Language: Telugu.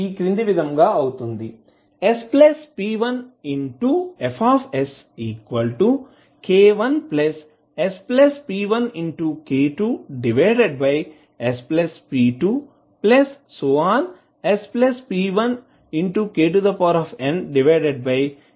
sp1Fsk1sp1k2sp2sp1knspnఅవుతుంది